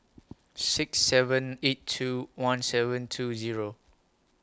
six seven eight two one seven two Zero